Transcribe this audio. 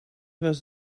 west